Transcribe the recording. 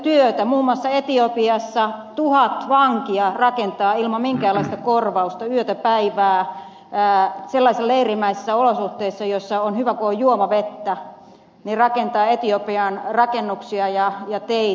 muun muassa etiopiassa tuhat vankia rakentaa ilman minkäänlaista korvausta yötä päivää sellaisissa leirimäisissä olosuhteissa joissa on hyvä kun on juomavettä etiopiaan rakennuksia ja teitä